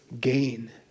gain